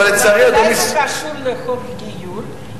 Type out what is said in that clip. אבל לצערי, אדוני, אולי זה קשור לחוק הגיור?